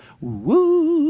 Woo